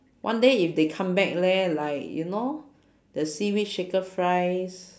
one day if they come back leh like you know the seaweed shaker fries